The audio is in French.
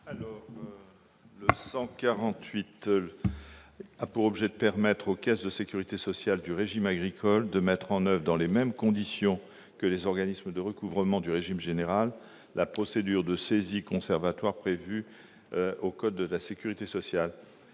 amendement a pour objet de permettre aux caisses de sécurité sociale du régime agricole de mettre en oeuvre, dans les mêmes conditions que les organismes de recouvrement du régime général, la procédure de saisie conservatoire prévue par le code de la sécurité sociale.